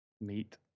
meet